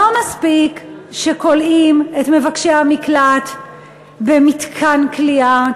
לא מספיק שכולאים את מבקשי המקלט במתקן כליאה,